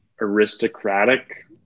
aristocratic